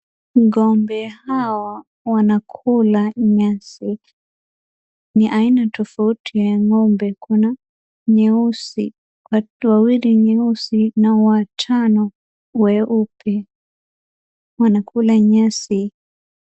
Ng'ombe hawa wanakula nyasi. Ni aina tofauti ya ng'ombe, kuna nyeusi watu wawili nyeusi na watano weupe. Wanakula nyasi.